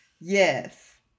yes